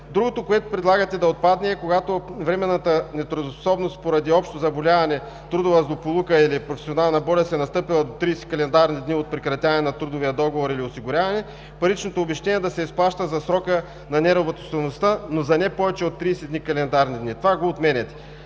Другото, което предлагате да отпадне, е, когато временната нетрудоспособност, поради общо заболяване, трудова злополука или професионална болест, е настъпила до 30 календарни дни от прекратяване на трудовия договор или осигуряване, паричното обезщетение да се изплаща за срока на неработоспособността, но за не повече от 30 календарни дни. Това го отменяте.